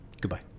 Goodbye